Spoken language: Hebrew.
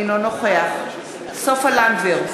אינו נוכח סופה לנדבר,